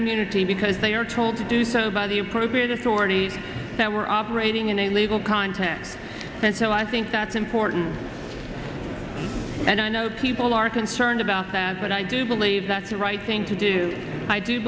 immunity because they were told to do so by the appropriate authorities that were operating in a legal context and so i think that's important and i know people are concerned about that but i do believe that's the right thing to do i do